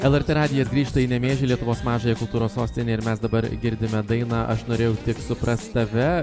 lrt radijas grįžta į nemėžį lietuvos mažąją kultūros sostinę ir mes dabar girdime dainą aš norėjau tik suprast tave